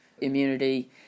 immunity